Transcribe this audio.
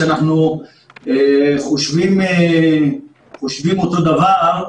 ואנחנו חושבים אותו דבר,